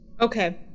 Okay